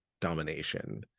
domination